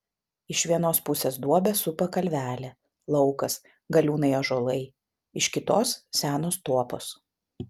iš vienos pusės duobę supa kalvelė laukas galiūnai ąžuolai iš kitos senos tuopos